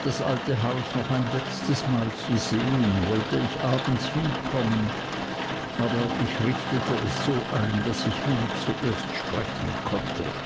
das alte haus noch ein letztes mal zu sehen wollte ich abends hinkommen aber ich richtete es so ein daß ich ham zuerst sprechen konnte